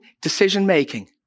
decision-making